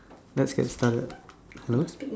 let's get started hello